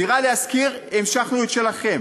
דירה להשכיר, המשכנו את שלכם.